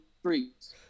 streets